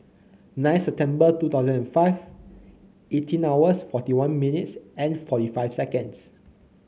nine September two thousand and five eighteen hours forty one minutes and forty five seconds